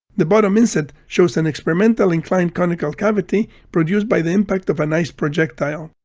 the bottom inset shows an experimental inclined conical cavity produced by the impact of an ice projectile.